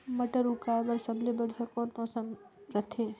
मटर उगाय बर सबले बढ़िया कौन मौसम रथे?